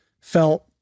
felt